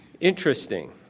Interesting